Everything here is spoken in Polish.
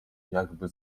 jakby